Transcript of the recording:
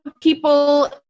people